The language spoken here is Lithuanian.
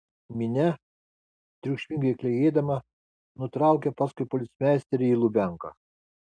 minia triukšmingai klegėdama nutraukė paskui policmeisterį į lubianką